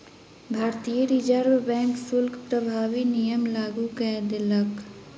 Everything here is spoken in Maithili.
भारतीय रिज़र्व बैंक शुल्क प्रभावी नियम लागू कय देलक